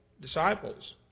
disciples